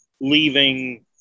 leaving